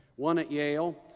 one at yale,